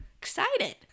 excited